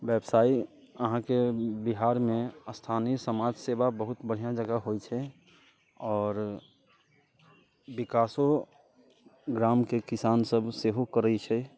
व्यवसाय अहाँके बिहारमे स्थानीय समाज सेवा बहुत बढ़िआँ जकाँ होइत छै आओर विकासो ग्रामके किसान सब सेहो करैत छै